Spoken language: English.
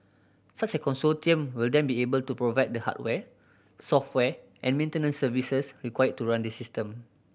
such a consortium will then be able to provide the hardware software and maintenance services required to run this system